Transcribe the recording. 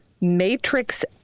matrix